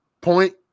point